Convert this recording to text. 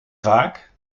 vaak